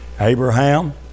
Abraham